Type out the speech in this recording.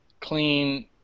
clean